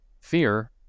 fear